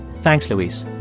thanks, luis